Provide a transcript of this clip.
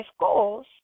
goals